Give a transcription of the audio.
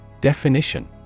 Definition